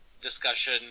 discussion